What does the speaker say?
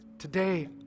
Today